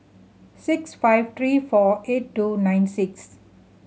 six five three four eight two nine six